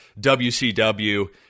WCW